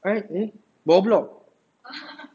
ah eh bawah block